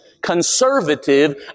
conservative